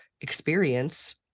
experience